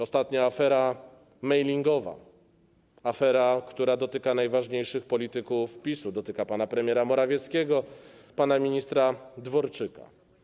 Ostatnia afera mailingowa, afera, która dotknęła najważniejszych polityków PiS-u: pana premiera Morawieckiego, pana ministra Dworczyka.